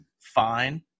fine